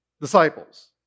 disciples